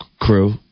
crew